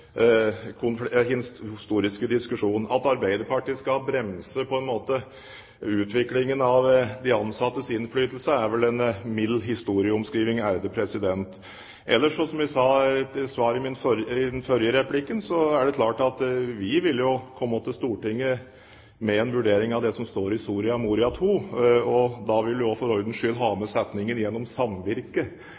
del av den historiske diskusjonen. At Arbeiderpartiet på en måte skal bremse utviklingen av de ansattes innflytelse, er vel en mild historieomskriving. Ellers – og som jeg ga som svar på den forrige replikken – er det klart at vi vil komme til Stortinget med en vurdering av det som står i Soria Moria II. Da vil vi også for ordens skyld ha med